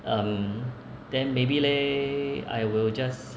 um then maybe leh I will just